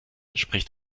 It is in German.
spricht